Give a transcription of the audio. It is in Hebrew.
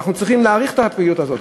אנחנו צריכים להעריך את הפעילות הזאת.